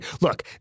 Look